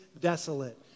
desolate